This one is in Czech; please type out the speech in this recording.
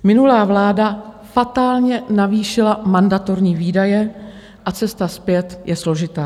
Minulá vláda fatálně navýšila mandatorní výdaje a cesta zpět je složitá.